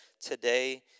today